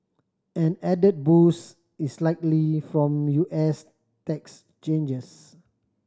an added boost is likely from U S tax changes